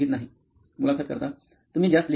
मुलाखत कर्ता तुम्ही जास्त लिहित नाही